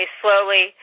slowly